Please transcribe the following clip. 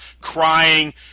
crying